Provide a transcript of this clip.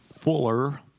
Fuller